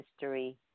history